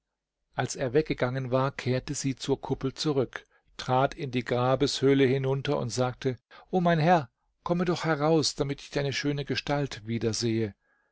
als er weggegangen war kehrte sie zur kuppel zurück trat in die grabeshöhle hinunter und sagte o mein herr komme doch heraus damit ich deine schöne gestalt